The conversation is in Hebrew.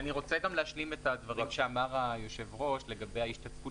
אני גם רוצה להשלים את הדברים שאמר היושב-ראש לגבי ההשתתפות